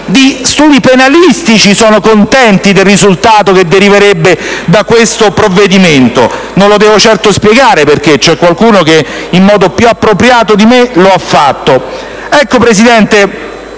studi penalistici sono contenti del risultato che deriverebbe da questo provvedimento? Non lo devo certo spiegare, perché c'è qualcuno che in modo più appropriato di me lo ha fatto. Presidente,